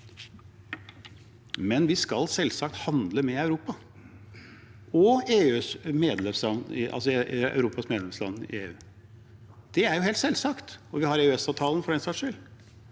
men vi skal selvsagt handle med Europa og Europas medlemsland i EU. Det er helt selvsagt. Og vi har EØS-avtalen, for den saks skyld.